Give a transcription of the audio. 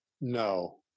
No